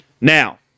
Now